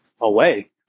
away